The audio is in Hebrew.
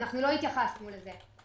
אנחנו לא התייחסנו לזה,